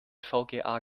vga